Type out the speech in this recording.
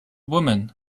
woman